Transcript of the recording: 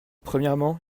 premièrement